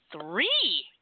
three